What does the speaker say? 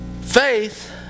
Faith